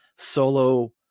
solo